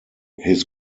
his